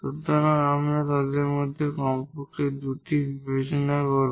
সুতরাং আমরা এখানে তাদের মধ্যে কমপক্ষে দুটি বিবেচনা করব